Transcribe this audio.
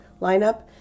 lineup